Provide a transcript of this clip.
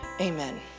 Amen